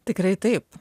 tikrai taip